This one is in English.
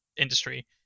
industry